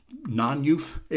non-youth